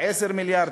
10 מיליארד,